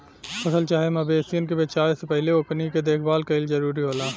फसल चाहे मवेशियन के बेचाये से पहिले ओकनी के देखभाल कईल जरूरी होला